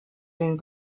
den